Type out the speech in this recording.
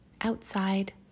Outside